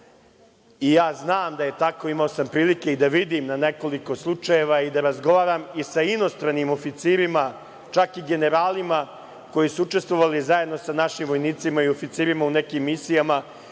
zovemo. Znam da je tako. Imao sam prilike da vidim na nekoliko slučajeva i da razgovaram sa inostranim oficirima, čak i generalima koji su učestvovali zajedno sa našim vojnicima i oficirima u nekim misijama,